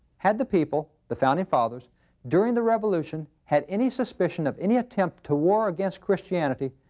had the people, the founding fathers during the revolution had any suspicion of any attempt to war against christianity,